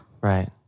Right